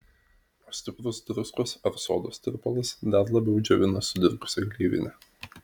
o stiprus druskos ar sodos tirpalas dar labiau džiovina sudirgusią gleivinę